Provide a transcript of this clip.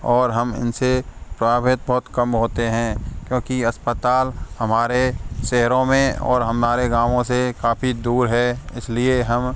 और हम इन से प्रभावित बहुत कम होते हैं क्योंकि अस्पताल हमारे शहरों में और हमारे गाँवों से काफ़ी दूर है इस लिए हम